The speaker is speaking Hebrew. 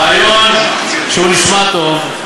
רעיון שנשמע טוב.